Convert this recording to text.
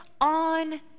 on